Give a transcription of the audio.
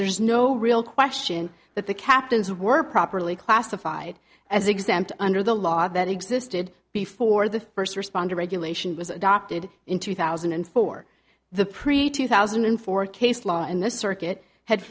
there's no real question that the captains were properly classified as exempt under the law that existed before the first responder regulation was adopted in two thousand and four the pre two thousand and four case law and the circuit had